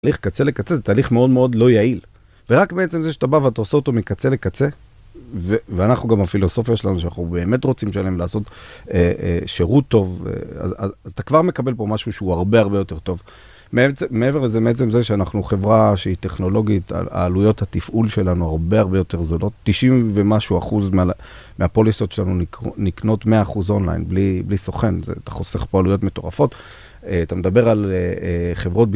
תהליך קצה לקצה זה תהליך מאוד מאוד לא יעיל. ורק בעצם זה שאתה בא ואתה עושה אותו מקצה לקצה, ואנחנו גם, הפילוסופיה שלנו, שאנחנו באמת רוצים שלהם לעשות שירות טוב, אז אתה כבר מקבל פה משהו שהוא הרבה הרבה יותר טוב. מעבר לזה מעצם זה שאנחנו חברה שהיא טכנולוגית, העלויות התפעול שלנו הרבה הרבה יותר זולות, 90 ומשהו אחוז מהפוליסות שלנו נקנות 100 אחוז אונליין, בלי סוכן, אתה חוסך פה עלויות מטורפות. אתה מדבר על חברות,